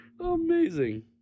Amazing